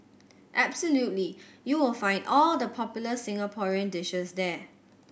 absolutely you will find all the popular Singaporean dishes there